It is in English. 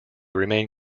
remain